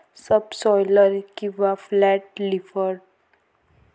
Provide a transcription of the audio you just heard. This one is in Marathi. सबसॉयलर किंवा फ्लॅट लिफ्टर हे ट्रॅक्टर माउंट केलेले शेती उपकरण आहे